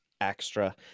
Extra